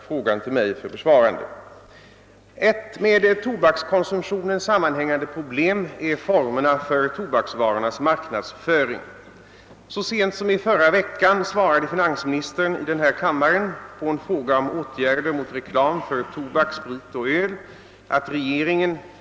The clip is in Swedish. Frågan om förbud mot reklam i samband med spritoch tobaksförsäljning har vid ett flertal tillfällen varit föremål för debatt i riksdagen.